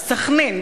סח'נין,